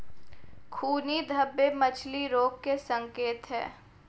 खूनी धब्बे मछली रोग के संकेत हैं